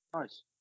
Nice